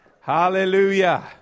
Hallelujah